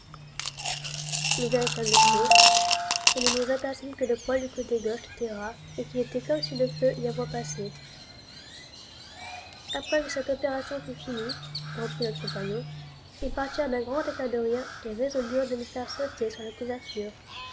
le fait et nous nous apperçumes que le poil du côté gauche était raz et qu'il était comme si le feu y avoit passé après que cette opération fut finie reprit notre compagnon ils partirent d'un grand éclat de rire et résolurent de me faire sauter sur la couverture